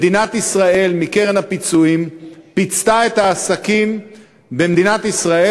מדינת ישראל פיצתה את העסקים במדינת ישראל